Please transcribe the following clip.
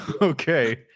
Okay